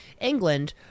England